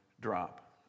drop